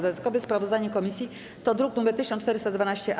Dodatkowe sprawozdanie komisji to druk nr 1412-A.